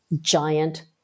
giant